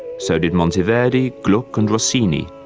so did monteverdi, gluck and rossini,